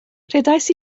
rhedais